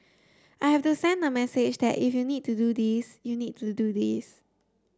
I have to send the message that if you need to do this you need to do this